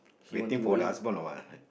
waiting for the husband or what